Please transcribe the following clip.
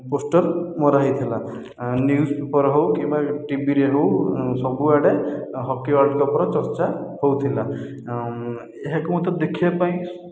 poster ମରା ହୋଇଥିଲା news paper ହେଉ କିମ୍ବା ଟିଭିରେ ହେଉ ସବୁଆଡ଼େ ହକି ୱାର୍ଲଡ଼ କପ୍ ର ଚର୍ଚ୍ଚା ହେଉଥିଲା ଏହାକୁ ମଧ୍ୟ ଦେଖିବାପାଇଁ